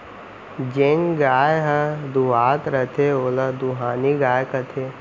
जेन गाय ह दुहावत रथे ओला दुहानी गाय कथें